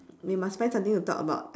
we must find something to talk about